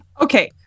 Okay